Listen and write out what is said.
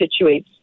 situates